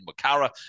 Makara